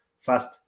fast